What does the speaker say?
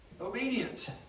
Obedience